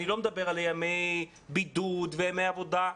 אני לא מדבר על ימי בידוד וימי עבודה,